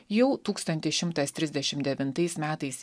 jau tūkstantis šimtas trisdešim devintais metais